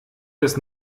das